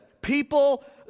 people